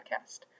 Podcast